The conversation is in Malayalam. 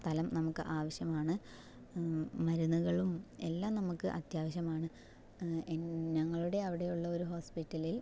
തലം നമുക്ക് ആവശ്യമാണ് മരുന്നുകളും എല്ലാം നമുക്ക് അത്യാവശ്യമാണ് എൻ ഞങ്ങളുടെ അവിടെയുള്ള ഒരു ഹോസ്പിറ്റലിൽ